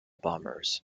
bombers